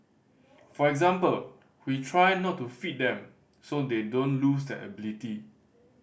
for example we try not to feed them so they don't lose that ability